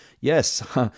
Yes